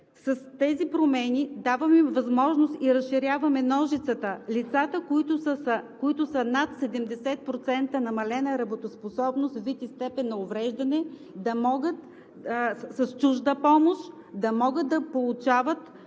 С тези промени ние даваме възможност и разширяваме ножицата лицата, които са над 70% намалена работоспособност, вид и степен на увреждане с чужда помощ да могат да получават